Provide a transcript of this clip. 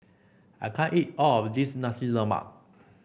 I can't eat all of this Nasi Lemak